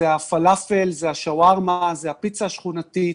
זה הפלאפל, זה השווארמה, זו הפיצה השכונתית.